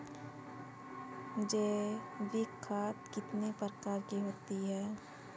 जैविक खाद कितने प्रकार की होती हैं?